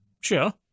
Sure